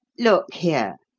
look here!